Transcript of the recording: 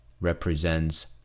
represents